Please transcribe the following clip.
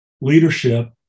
leadership